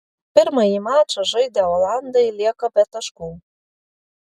pirmąjį mačą žaidę olandai lieka be taškų